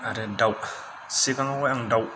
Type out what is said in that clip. आरो दाउ सिगांआव आङो दाउ